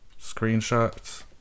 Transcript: screenshots